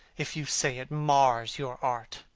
if you say it mars your art!